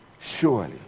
surely